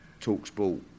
TalkSport